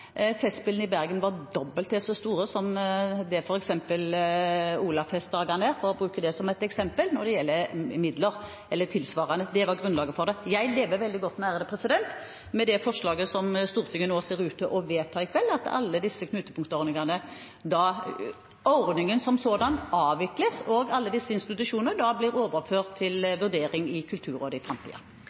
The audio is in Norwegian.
Festspillene i Bergen er dobbelt så store som f.eks. Olavsfestdagene, for å bruke det som et eksempel, når det gjelder midler eller tilsvarende. Det var grunnlaget for det. Jeg lever veldig godt med det forslaget som Stortinget nå ser ut til å vedta i dag, at knutepunktordningen – ordningen som sådan – avvikles, og at alle disse institusjonene blir overført til vurdering i Kulturrådet i